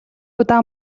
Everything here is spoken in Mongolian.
удаа